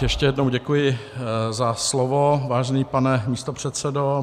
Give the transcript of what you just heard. Ještě jednou děkuji za slovo, vážený pane místopředsedo.